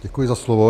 Děkuji za slovo.